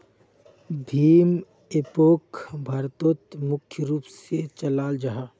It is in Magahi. भीम एपोक भारतोत मुख्य रूप से चलाल जाहा